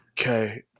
Okay